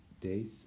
days